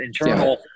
internal